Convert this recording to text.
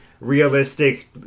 realistic